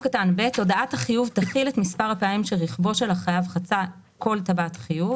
"(ב)הודעת החיוב תכיל את מספר הפעמים שרכבו של החייב חצה כל טבעת חיוב,